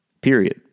Period